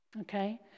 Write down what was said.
Okay